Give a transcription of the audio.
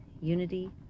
unity